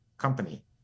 company